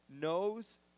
knows